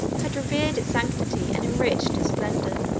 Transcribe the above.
had revered its sanctity and enriched its splendor.